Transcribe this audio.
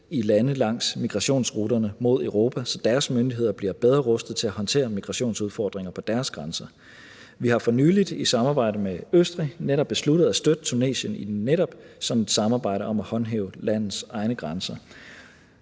i lande langs migrationsruterne mod Europa, så deres myndigheder bliver bedre rustet til at håndtere migrationsudfordringer på deres grænser. Vi har for nylig i samarbejde med Østrig netop besluttet at støtte Tunesien i netop sådan et samarbejde om at håndhæve landets egne grænser,